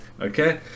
okay